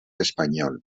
espanyol